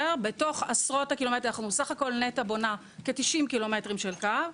ובתוך עשרות הקילומטרים בסך הכול נת"ע בונה כ-90 קילומטרים של קו,